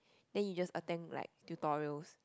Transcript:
then you just attend like tutorials